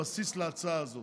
הבסיס להצעה הזו?